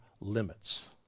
limits